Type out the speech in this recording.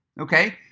Okay